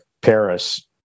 Paris